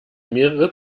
mehrere